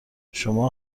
شما